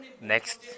next